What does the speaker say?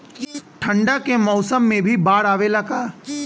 ठंडा के मौसम में भी बाढ़ आवेला का?